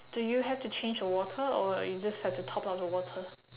do you have to change the water or you just have to top up the water